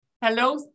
Hello